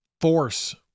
force